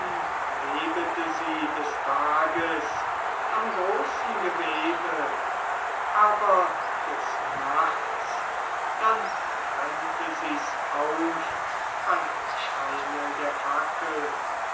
des tages am großen gewebe aber des nachts dann trennte sie's auf beim scheine der fackeln